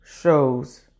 shows